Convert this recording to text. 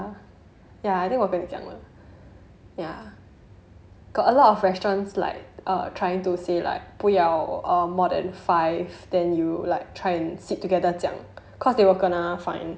ya I think 我跟你讲 ya got a lot of restaurants like err trying to say like 不要 like more than five then you like try and sit together 这样 cause they will kena fine